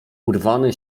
urwany